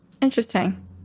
Interesting